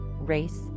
race